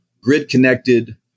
grid-connected